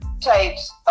tapes